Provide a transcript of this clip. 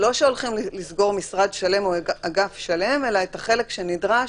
זה לא שהולכים לסגור משרד שלם או אגף שלם אלא את החלק שנדרש,